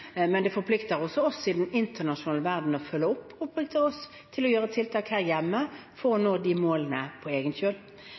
men det forplikter også oss i den internasjonale verden å følge opp og forplikter oss til å gjøre tiltak her hjemme for å